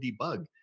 debug